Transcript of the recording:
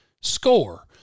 score